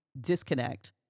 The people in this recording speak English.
disconnect